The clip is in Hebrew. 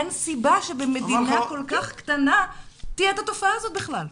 אין סיבה שבמדינה כל כך קטנה תהיה את התופעה הזאת בכלל.